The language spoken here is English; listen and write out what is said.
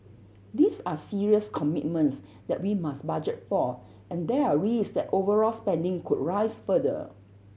these are serious commitments that we must budget for and there are risks that overall spending could rise further